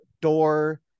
door